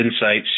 Insights